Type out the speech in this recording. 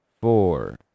four